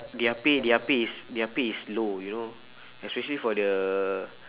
their pay their pay is their pay is low you know especially for the